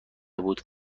بود